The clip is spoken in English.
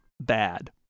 bad